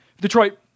Detroit